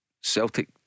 Celtic